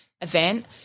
event